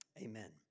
amen